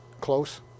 Close